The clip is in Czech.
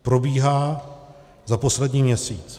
Probíhá za poslední měsíc.